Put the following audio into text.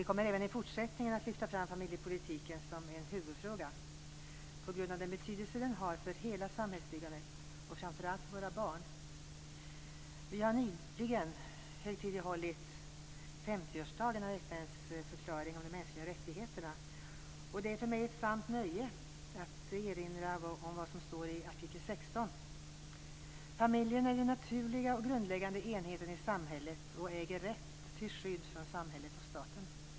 Vi kommer även i fortsättningen att lyfta fram familjepolitiken som en huvudfråga på grund av den betydelse den har för hela samhällsbyggandet och framför allt för våra barn. Vi har nyligen högtidlighållit 50-årsdagen av FN:s förklaring om de mänskliga rättigheterna. Det är för mig ett sant nöje att erinra om vad som står i artikel 16: "Familjen är den naturliga och grundläggande enheten i samhället och äger rätt till skydd från samhället och staten."